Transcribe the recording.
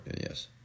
Yes